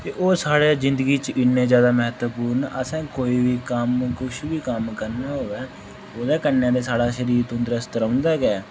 ते ओह् साढ़ै जिंदगी च इन्ने ज्यादा म्हत्तवपूर्ण असें कोई बी कम्म कुछ बी कम्म करना होऐ ओह्दे कन्नै ते साढ़ा शरीर तंदरुस्त रौंह्दा गै ऐ